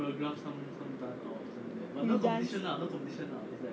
you dance